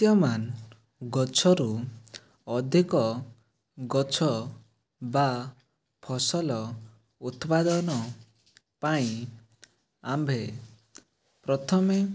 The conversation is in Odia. ବିଦ୍ୟମାନ ଗଛରୁ ଅଧିକ ଗଛ ବା ଫସଲ ଉତ୍ପାଦନ ପାଇଁ ଆମ୍ଭେ ପ୍ରଥମେ